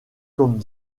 comme